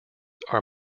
are